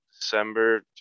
December